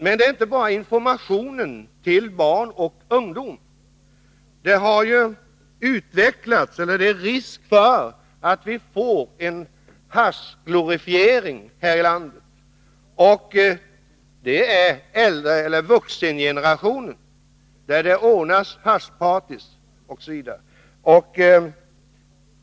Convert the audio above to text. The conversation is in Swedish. Men det räcker inte med bara information till barn och ungdom — det finns risk för att vi får en haschglorifiering här i landet, och där är det de äldre, vuxengenerationen, som det gäller. Det ordnas haschparties osv.